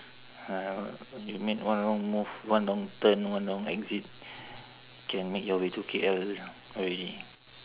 ah you make one wrong move one wrong turn one wrong exit can make your way to K_L already